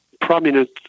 prominent